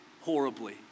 horribly